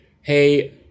hey